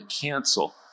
cancel